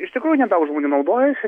iš tikrųjų nedaug žmonių naudojasi